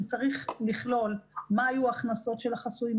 הוא צריך לכלול פירוט מה היו ההכנסות של החסוי,